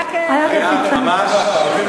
היה ממש תענוג.